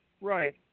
Right